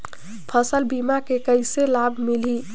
फसल बीमा के कइसे लाभ मिलही?